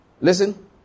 Listen